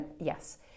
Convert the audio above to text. Yes